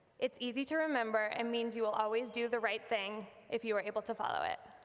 it is easy to remember and means you will always do the right thing if you are able to follow it.